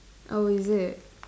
oh is it